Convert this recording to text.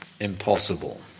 impossible